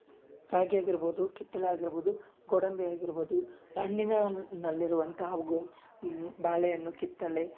ರಾಗಿಯಾಗಿರ್ಬೋದು ಕಿತ್ತಳೆ ಆಗಿರ್ಬೋದು ಗೋಡಂಬಿ ಆಗಿರ್ಬೋದು ಹಣ್ಣಿನ ಅಲ್ಲಿರುವಂತಹ ಬಾಳೆ ಹಣ್ಣು ಕಿತ್ತಳೆ